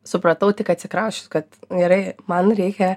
supratau tik atsikrausčius kad gerai man reikia